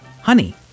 Honey